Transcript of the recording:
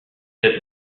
cette